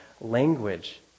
language